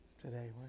today